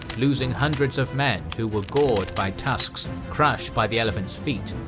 losing hundreds of men who were gored by tusks, crushed by the elephants' feet,